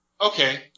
Okay